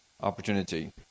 opportunity